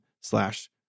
slash